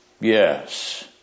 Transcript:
Yes